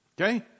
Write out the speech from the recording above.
Okay